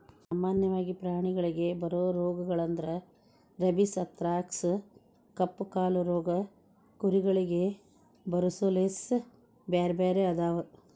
ಸಾಮನ್ಯವಾಗಿ ಪ್ರಾಣಿಗಳಿಗೆ ಬರೋ ರೋಗಗಳಂದ್ರ ರೇಬಿಸ್, ಅಂಥರಾಕ್ಸ್ ಕಪ್ಪುಕಾಲು ರೋಗ ಕುರಿಗಳಿಗೆ ಬರೊಸೋಲೇಸ್ ಬ್ಯಾರ್ಬ್ಯಾರೇ ಅದಾವ